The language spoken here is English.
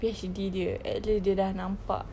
P_H_D dia at least dia sudah nampak